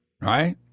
right